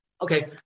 Okay